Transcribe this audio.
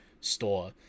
store